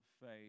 faith